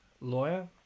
lawyer